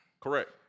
Correct